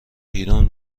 بیرون